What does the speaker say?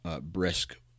brisk